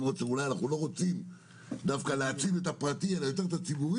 למרות שאולי אנחנו לא רוצים דווקא להציב את הפרטי אלא יותר את הציבורי,